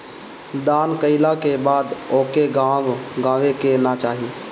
दान कइला के बाद ओके गावे के ना चाही